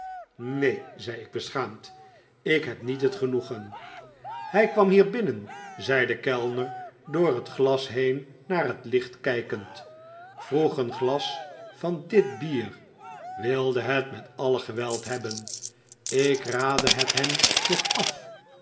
neen zei ik beschaamd ik heb niet het genoegen hij kwam hier binhen zei de kellner door het glas heen naar het licht kijkend vroeg een glas van dit bier wilde het met alle geweld hebben ik raadde het hem nog af